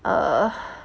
err